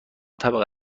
طبقه